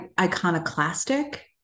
iconoclastic